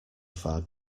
far